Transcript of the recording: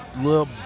little